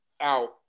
out